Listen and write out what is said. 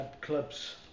clubs